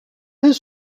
his